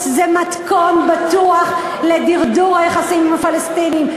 זה מתכון בטוח לדרדור היחסים עם הפלסטינים.